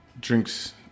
drinks